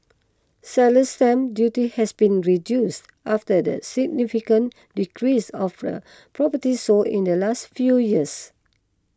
seller's stamp duty has been reduced after the significant decrease of the properties sold in the last few years